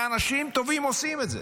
ואנשים טובים עושים את זה.